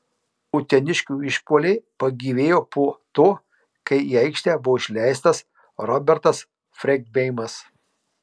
uteniškių išpuoliai pagyvėjo po to kai į aikštę buvo išleistas robertas freidgeimas